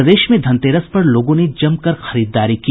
प्रदेश में धनतेरस पर लोगों ने जमकर खरीददारी की